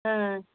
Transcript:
ஆ